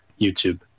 youtube